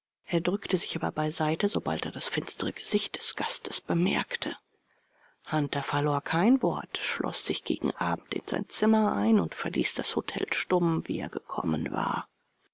er drückte sich aber beiseite sobald er das finstere gesicht des gastes bemerkte hunter verlor kein wort schloß sich bis gegen abend in sein zimmer ein und verließ das hotel stumm wie er gekommen war